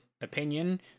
opinion